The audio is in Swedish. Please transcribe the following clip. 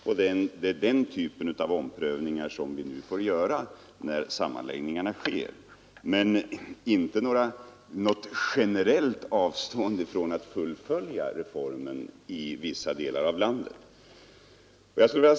Det är den typen av omprövningar som vi nu får göra, när sammanläggningarna sker, men det är inte fråga om något generellt avstående från att fullfölja reformen i vissa delar av landet.